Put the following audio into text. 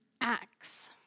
acts